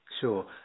Sure